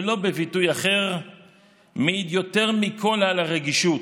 ולא בביטוי אחר מעיד יותר מכל על הרגישות,